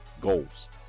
goals